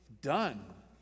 done